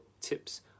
tips